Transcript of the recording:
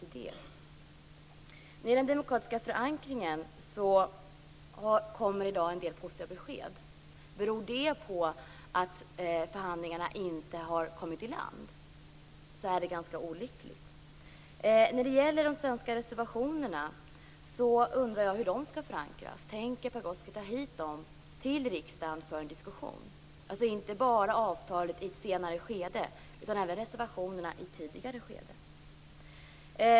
När det gäller den demokratiska förankringen kommer det i dag en del positiva besked. Beror det på att förhandlingarna inte har kommit i land? Det är i så fall ganska olyckligt. Jag undrar hur de svenska reservationerna skall förankras. Tänker Pagrotsky ta dem till riksdagen för en diskussion, inte bara om avtalet i ett senare skede utan även om reservationerna i ett tidigare skede?